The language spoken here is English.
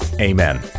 amen